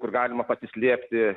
kur galima pasislėpti